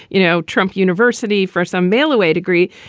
you know, trump university for some mail away degree.